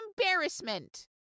embarrassment